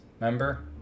Remember